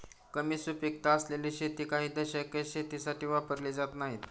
कमी सुपीकता असलेली शेती काही दशके शेतीसाठी वापरली जात नाहीत